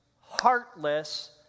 heartless